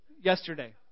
Yesterday